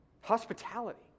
Hospitality